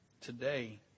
today